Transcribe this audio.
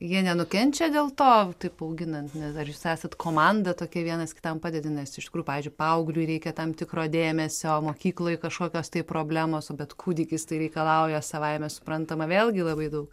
jie nenukenčia dėl to taip auginant nes ar jūs esat komanda tokie vienas kitam padedi nes iš tikrųjų pavyzdžiui paaugliui reikia tam tikro dėmesio mokykloj kažkokios tai problemos o bet kūdikis tai reikalauja savaime suprantama vėlgi labai daug